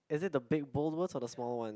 is this the big bold or the small one